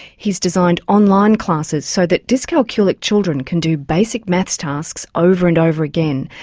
he's designed online classes so that dyscalculic children can do basic maths tasks over and over again.